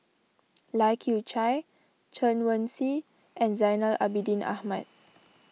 Lai Kew Chai Chen Wen Hsi and Zainal Abidin Ahmad